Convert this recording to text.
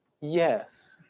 Yes